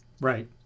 right